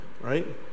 right